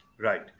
Right